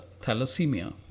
thalassemia